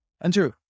Andrew